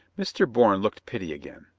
mr. bourne looked pity again.